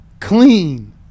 Clean